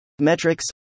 Metrics